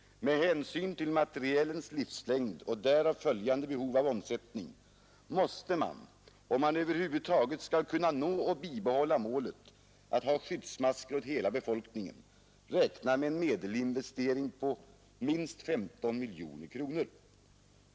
Med hänsyn till materielens livslängd och därav följande behov av omsättning måste man, om man över huvud taget skall kunna nå och bibehålla målet att ha skyddsmasker åt hela befolkningen, räkna med en medelinvestering per år på minst 15 miljoner kronor.